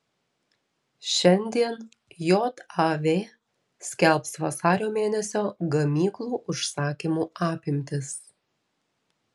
šiandien jav skelbs vasario mėnesio gamyklų užsakymų apimtis